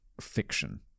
fiction